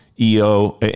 EO